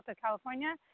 california